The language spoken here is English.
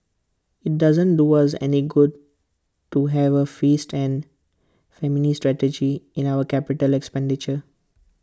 IT doesn't do us any good to have A feast and famine strategy in our capital expenditure